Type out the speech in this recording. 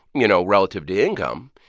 you know, relative to income,